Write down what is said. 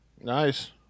Nice